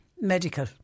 medical